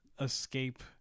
escape